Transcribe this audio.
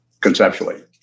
conceptually